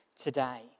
today